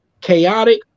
chaotic